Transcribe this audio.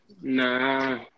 Nah